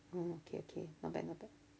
oh okay okay not bad not bad